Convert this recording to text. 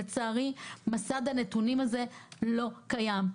לצערי מסד הנתונים הזה לא קיים.